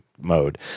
mode